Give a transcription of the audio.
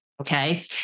Okay